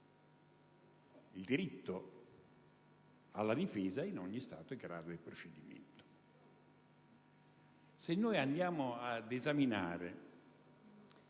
il diritto alla difesa in ogni stato e grado del procedimento. Se noi andiamo ad esaminare